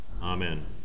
Amen